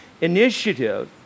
initiative